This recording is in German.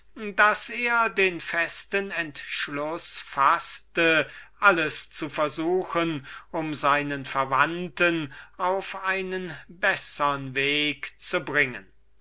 daß er den festen entschluß faßte alles zu versuchen um seinen verwandten auf einen bessern weg zu bringen